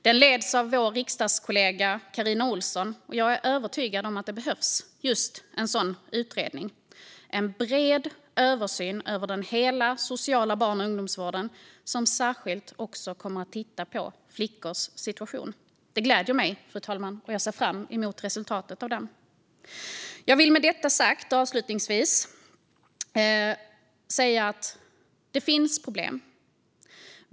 Den leds av vår riksdagskollega Carina Ohlsson, och jag är övertygad om att en sådan utredning behövs - en bred översyn över hela sociala barn och ungdomsvården som särskilt kommer att titta på flickors situation. Det gläder mig, fru talman, och jag ser fram emot resultatet av utredningen. Jag vill med detta sagt avsluta med att säga att det finns problem.